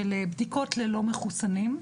של בדיקות ל-לא מחוסנים,